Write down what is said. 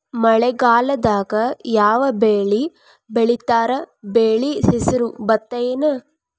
ಮಳೆಗಾಲದಾಗ್ ಯಾವ್ ಬೆಳಿ ಬೆಳಿತಾರ, ಬೆಳಿ ಹೆಸರು ಭತ್ತ ಏನ್?